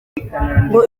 ngo